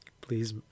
Please